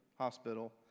hospital